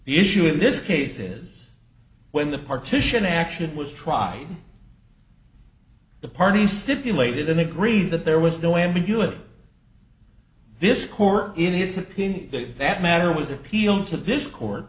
the issue in this case is when the partition action was tried the party stipulated in agree that there was no ambiguity this court in its opinion that matter was appealing to this court